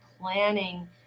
planning